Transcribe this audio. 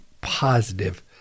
positive